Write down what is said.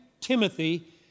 Timothy